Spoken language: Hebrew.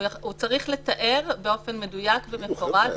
הוא צריך לתאר באופן מדויק ומפורט.